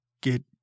get